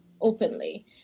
openly